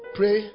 pray